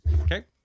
Okay